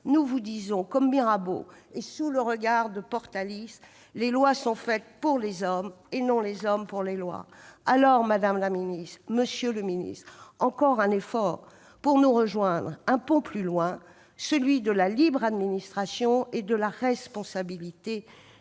nous vous disons, comme Mirabeau et sous le regard de Portalis, que les lois sont faites pour les hommes et non les hommes pour les lois. Alors, madame la ministre, monsieur le ministre, faites encore un effort pour nous rejoindre un pont plus loin : celui de la libre administration et de la responsabilité,